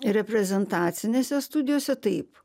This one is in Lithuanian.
reprezentacinėse studijose taip